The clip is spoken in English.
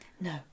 No